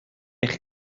eich